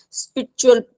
spiritual